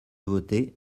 voter